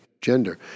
gender